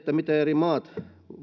miten eri maat